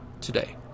today